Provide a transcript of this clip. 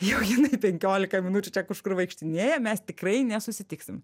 jau jinai penkiolika minučių čia kažkur vaikštinėja mes tikrai nesusitiksim